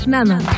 Mama